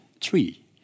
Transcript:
three